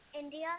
India